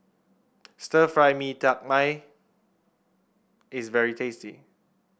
Stir Fry Mee Tai Mak is very tasty